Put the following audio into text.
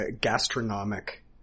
gastronomic